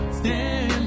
stand